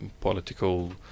political